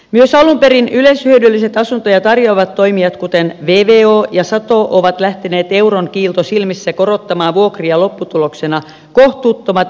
myös alun perin yleishyödylliset asuntoja tarjoavat toimijat kuten vvo ja sato ovat lähteneet euron kiilto silmissä korottamaan vuokria lopputuloksena kohtuuttomat asumiskustannukset